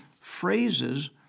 phrases